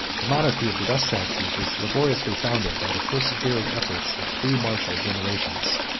the monarchy of the west saxons was laboriously founded by the persevering efforts of three martial generations.